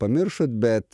pamiršot bet